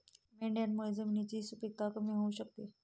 मेंढ्यांमुळे जमिनीची सुपीकता कमी होऊ शकते